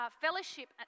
fellowship